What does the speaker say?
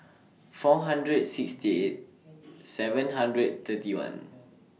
four hundred sixty eight seven hundred thirty one